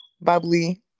bubbly